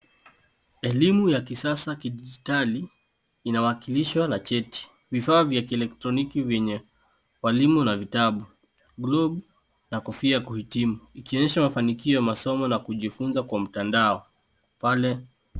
Elimu ya kisasa kidijitali inawakilishwa na cheti, vifaa vya kielektroniki vyenye walimu na vitabu, globe na kofia ya kuhitimu ikionyesha mafanikio ya masomo na kujifunza kwa mtandao pale.